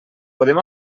podem